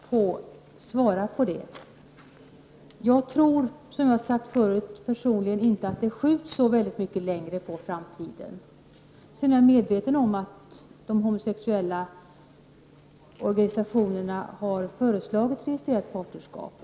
Fru talman! Jag vill gärna svara Kent Carlsson. Som jag tidigare sagt tror jag inte att frågan skjuts så väldigt mycket längre på framtiden. Jag är medveten om att de homosexuellas organisationer har föreslagit ett registrerat partnerskap.